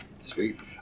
Sweet